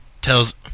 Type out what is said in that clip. tells